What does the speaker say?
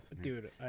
Dude